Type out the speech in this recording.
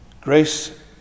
Grace